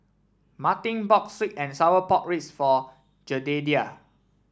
Martin bought sweet and Sour Pork Ribs for Jedediah